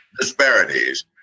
disparities